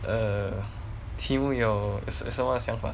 err 题目有什什么想法